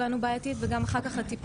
תודה רבה.